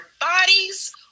bodies